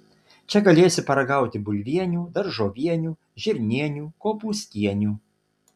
čia galėsi paragauti bulvienių daržovienių žirnienių kopūstienių